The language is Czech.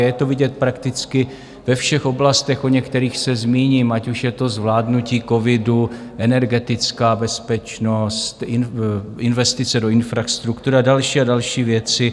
A je to vidět prakticky ve všech oblastech, o některých se zmíním, ať už je to zvládnutí covidu, energetická bezpečnost, investice do infrastruktury a další a další věci.